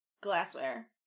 glassware